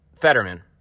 Fetterman